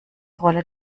rolle